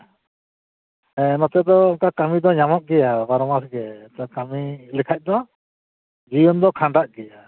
ᱦᱮᱸ ᱱᱚᱛᱮ ᱫᱚ ᱚᱱᱠᱟ ᱠᱟᱹᱢᱤ ᱫᱚ ᱧᱟᱢᱚᱜ ᱜᱮᱭᱟ ᱵᱟᱨᱚ ᱢᱟᱥ ᱜᱮ ᱟᱫᱚ ᱠᱟᱹᱢᱤ ᱞᱮᱠᱷᱟᱱ ᱫᱚ ᱡᱤᱭᱚᱱ ᱫᱚ ᱠᱷᱟᱸᱰᱟᱜ ᱜᱮᱭᱟ